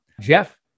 jeff